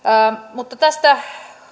mutta tästä